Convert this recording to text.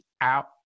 out